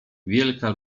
wielka